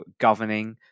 governing